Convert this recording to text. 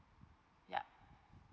yup